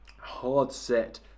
hard-set